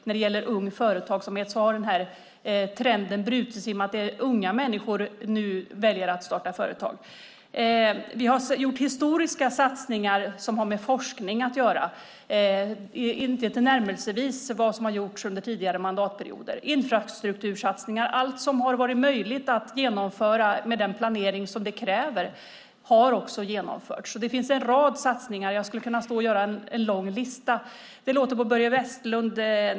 När det gäller Ung företagsamhet har trenden brutits i och med att unga människor nu väljer att starta företag. Vi har gjort historiska satsningar som har med forskning att göra. Det har inte gjorts tillnärmelsevis lika mycket under tidigare mandatperioder. Vi har gjort infrastruktursatsningar. Allt som varit möjligt att genomföra med den planering som krävs har genomförts. Jag skulle kunna göra en lång lista över satsningar.